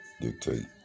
dictate